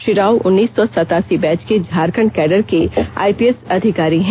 श्री राव उन्नीस सौ सतासी बैच के झारखंड कैडर के आइपीएस अधिकारी हैं